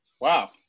Wow